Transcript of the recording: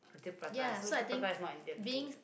roti-prata so roti-prata is not Indian food